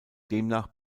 demnach